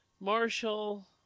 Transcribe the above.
Marshall